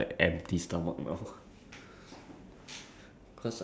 I think I feel like buying mac then go to work then eat or something ah